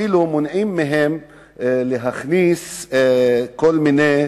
מונעים מהם אפילו להכניס כל מיני